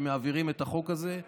שמעבירים את החוק הזה.